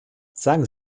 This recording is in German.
sagen